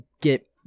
get